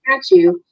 statue